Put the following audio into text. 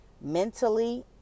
mentally